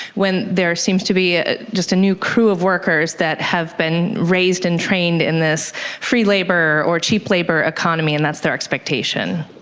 when there seems to be ah just a new crew of workers that have been raised and trained in this free labour or cheap labour economy and that's their expectation.